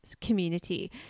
community